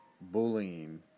bullying